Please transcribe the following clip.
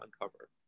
uncover